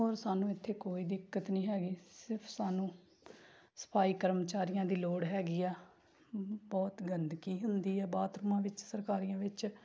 ਹੋਰ ਸਾਨੂੰ ਇੱਥੇ ਕੋਈ ਦਿੱਕਤ ਨਹੀਂ ਹੈਗੀ ਸਿਰਫ ਸਾਨੂੰ ਸਫਾਈ ਕਰਮਚਾਰੀਆਂ ਦੀ ਲੋੜ ਹੈਗੀ ਆ ਬਹੁਤ ਗੰਦਗੀ ਹੁੰਦੀ ਆ ਬਾਥਰੂਮਾਂ ਵਿੱਚ ਸਰਕਾਰੀਆਂ ਵਿੱਚ